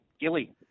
Gilly